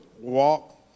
walk